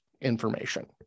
information